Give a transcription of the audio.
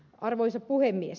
arvoisa puhemies